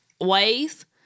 Ways